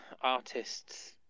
artists